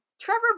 Trevor